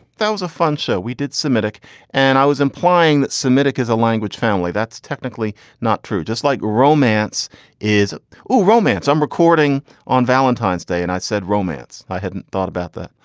that was a fun show we did semitic and i was implying that semitic is a language family. that's technically not true. just like romance is romance. i'm recording on valentine's day and i said romance. i hadn't thought about that.